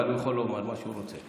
אבל הוא יכול לומר מה שהוא רוצה.